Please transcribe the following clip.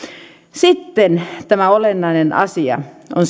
sitten tämä olennainen asia on